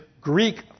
Greek